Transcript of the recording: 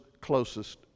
closest